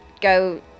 go